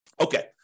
Okay